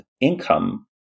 income